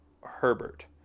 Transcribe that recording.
Herbert